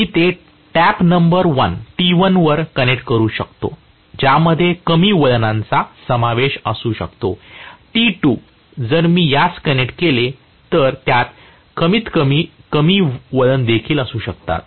मी ते tap number 1 वर connect करू शकतो ज्यामध्ये कमी वळणांचा समावेश असू शकतो T2 जर मी यास कनेक्ट केले तर त्यात कमीतकमी कमी वळण देखील असू शकतात